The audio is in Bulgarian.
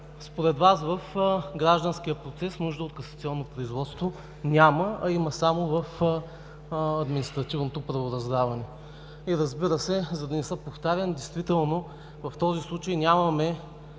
според Вас в гражданския процес нужда от касационно производство няма, а има само в административното правораздаване. За да не се повтарям, действително в този случай нямаме